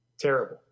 Terrible